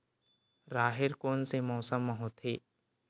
राहेर कोन से मौसम म होथे?